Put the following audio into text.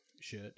shirt